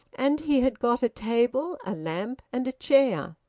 and he had got a table, a lamp, and a chair.